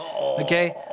Okay